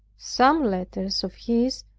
some letters of his,